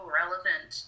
relevant